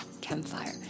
campfire